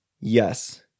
Yes